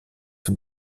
von